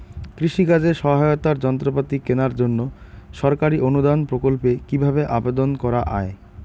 কৃষি কাজে সহায়তার যন্ত্রপাতি কেনার জন্য সরকারি অনুদান প্রকল্পে কীভাবে আবেদন করা য়ায়?